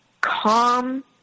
calm